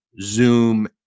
Zoom